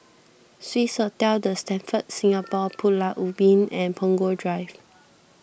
Swissotel the Stamford Singapore Pulau Ubin and Punggol Drive